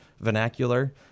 vernacular